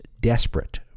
desperate